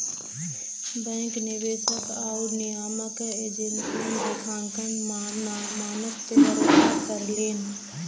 bank निवेशक आउर नियामक एजेंसियन लेखांकन मानक पे भरोसा करलीन